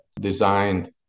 designed